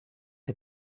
est